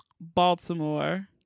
Baltimore